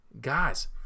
guys